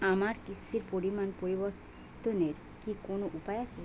আমার কিস্তির পরিমাণ পরিবর্তনের কি কোনো উপায় আছে?